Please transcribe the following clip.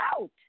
out